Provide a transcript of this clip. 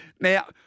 Now